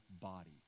body